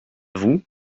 vous